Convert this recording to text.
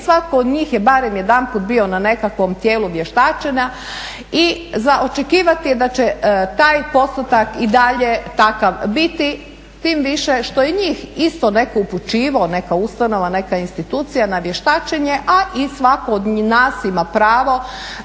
svako od njih je barem jedanput bio na nekakvom tijelu vještačenja i za očekivati je da će taj postotak i dalje takav biti, tim više što je njih isto netko upućivao, neka ustanova, neka institucija na vještačenje, a i svako od nas ima pravo